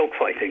dogfighting